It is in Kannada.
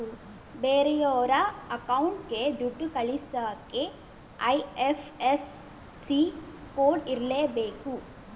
ಬೇರೆಯೋರ ಅಕೌಂಟ್ಗೆ ದುಡ್ಡ ಕಳಿಸಕ್ಕೆ ಐ.ಎಫ್.ಎಸ್.ಸಿ ಕೋಡ್ ಇರರ್ಲೇಬೇಕು